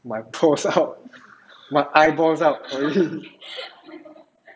my balls out my eyeballs out